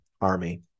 army